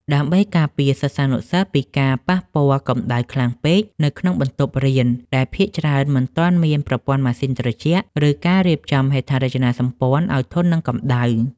ដើម្បីការពារសិស្សានុសិស្សពីការប៉ះពាល់កម្ដៅខ្លាំងពេកនៅក្នុងបន្ទប់រៀន ដែលភាគច្រើនមិនទាន់មានប្រព័ន្ធម៉ាស៊ីនត្រជាក់ ឬការរៀបចំហេដ្ឋារចនាសម្ព័ន្ធឱ្យធន់នឹងកម្ដៅ។